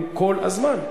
הוא כל הזמן,